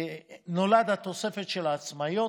נולדה התוספת של העצמאיות,